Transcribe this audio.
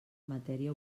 matèria